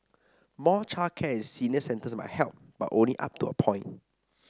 more childcare and senior centres might help but only up to a point